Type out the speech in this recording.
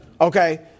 Okay